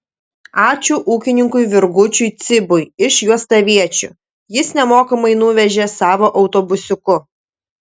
ačiū ūkininkui virgučiui cibui iš juostaviečių jis nemokamai nuvežė savo autobusiuku